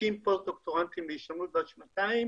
כחמישים פוסט דוקטורנטים להשתלמות בת שנתיים,